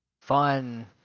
fun